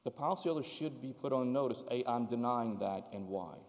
the should be put on notice a i'm denying that and why